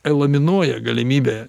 elaminuoja galimybę